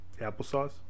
Applesauce